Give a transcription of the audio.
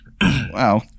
Wow